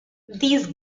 these